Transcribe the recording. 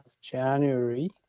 january